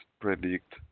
predict